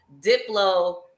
Diplo